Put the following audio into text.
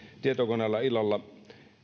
tietokoneella illalla